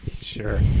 Sure